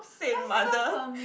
same mother